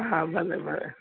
हा भले भले